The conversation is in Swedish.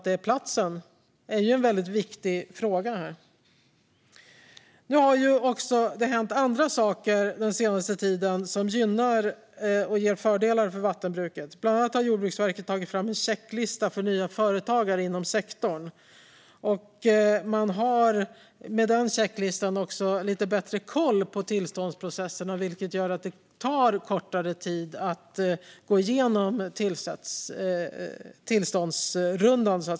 Den senaste tiden har det hänt även andra saker som gynnar och ger vattenbruket fördelar. Bland annat har Jordbruksverket tagit fram en checklista för nya företagare inom sektorn. Med den har man också lite bättre koll på tillståndsprocesserna, vilket gör att det tar kortare tid att komma igenom tillståndsrundan.